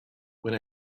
when